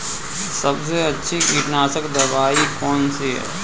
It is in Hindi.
सबसे अच्छी कीटनाशक दवाई कौन सी है?